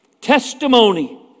Testimony